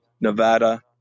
Nevada